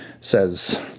says